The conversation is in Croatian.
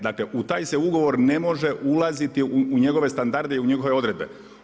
Dakle, u taj se ugovor ne može ulaziti u njegove standarde i u njegove odredbe.